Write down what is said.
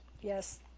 Yes